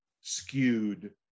skewed